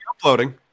uploading